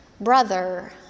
Brother